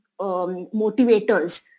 motivators